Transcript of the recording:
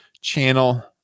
channel